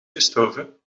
gestorven